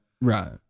Right